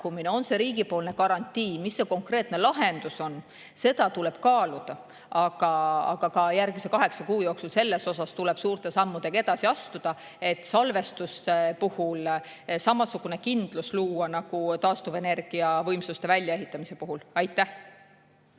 on see riigipoolne garantii – mis see konkreetne lahendus on, seda tuleb kaaluda, aga ka järgmise kaheksa kuu jooksul tuleb selles asjas suurte sammudega edasi astuda, et luua salvestuste puhul samasugune kindlus nagu taastuvenergiavõimsuste väljaehitamise puhul. Aitäh!